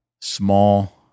small